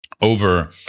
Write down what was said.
over